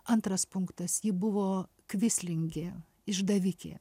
antras punktas ji buvo kvislingė išdavikė